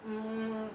mm